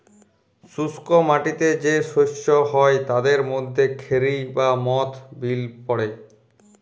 শুস্ক মাটিতে যে শস্য হ্যয় তাদের মধ্যে খেরি বা মথ বিল পড়ে